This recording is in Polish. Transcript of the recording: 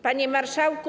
Panie Marszałku!